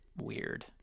weird